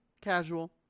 casual